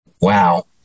Wow